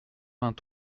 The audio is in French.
vingt